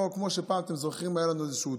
פעם, אם אתם זוכרים, היה לנו טוקמן,